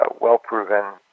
well-proven